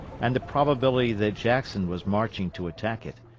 and the probability that jackson was marching to attack it,